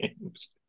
games